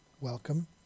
welcome